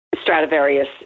Stradivarius